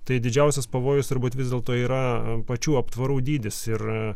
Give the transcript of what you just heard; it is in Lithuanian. tai didžiausias pavojus turbūt vis dėlto yra pačių aptvarų dydis ir